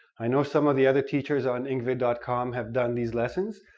i know some of the other teachers on engvid dot com have done these lessons,